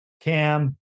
cam